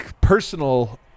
personal